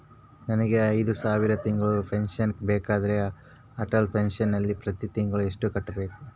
ನನಗೆ ಐದು ಸಾವಿರ ತಿಂಗಳ ಪೆನ್ಶನ್ ಬೇಕಾದರೆ ಅಟಲ್ ಪೆನ್ಶನ್ ನಲ್ಲಿ ಪ್ರತಿ ತಿಂಗಳು ಎಷ್ಟು ಕಟ್ಟಬೇಕು?